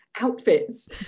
outfits